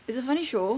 it's a funny show